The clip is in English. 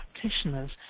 practitioners